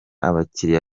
abakiriya